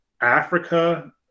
Africa